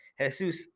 Jesus